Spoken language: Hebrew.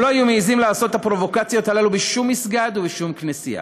הם לא היו מעזים לעשות את הפרובוקציות האלה בשום מסגד ובשום כנסייה,